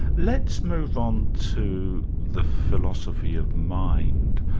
let's move on to the philosophy of mind.